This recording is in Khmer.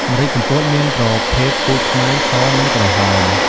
ម្រេចកំពតមានប្រភេទពូជខ្មៅ ស និងក្រហម។